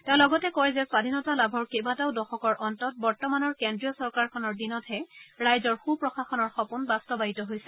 তেওঁ লগতে কয় যে স্বাধীনতা লাভৰ কেইবাটাও দশকৰ অন্তত বৰ্তমানৰ কেজ্ৰীয় চৰকাৰখনৰ দিনতহে ৰাইজৰ সু প্ৰশাসনৰ সপোন বাস্তৱায়িত হৈছে